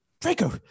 draco